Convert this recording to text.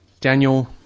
Daniel